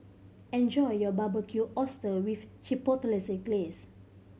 enjoy your Barbecued Oyster with Chipotle Glaze